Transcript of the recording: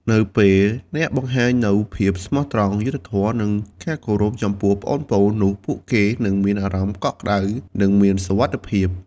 នៅពេលអ្នកបង្ហាញនូវភាពស្មោះត្រង់ យុត្តិធម៌ និងការគោរពចំពោះប្អូនៗ នោះពួកគេនឹងមានអារម្មណ៍កក់ក្ដៅ និងមានសុវត្ថិភាព ។